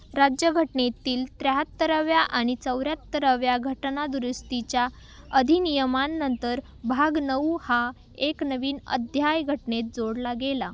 राज्यघटनेतील त्र्याहत्तराव्या आणि चौऱ्याहत्तराव्या घटनादुरुस्तीच्या अधिनियमांनंतर भाग नऊ हा एक नवीन अध्याय घटनेत जोडला गेला